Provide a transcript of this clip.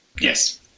Yes